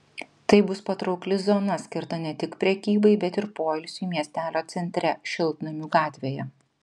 tai bus patraukli zona skirta ne tik prekybai bet ir poilsiui miestelio centre šiltnamių gatvėje